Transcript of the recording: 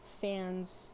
fans